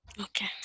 okay